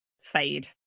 fade